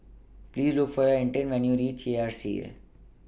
Please Look For when YOU REACH R C A